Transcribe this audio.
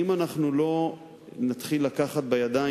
אם אנחנו לא נתחיל לקחת בידיים,